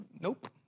Nope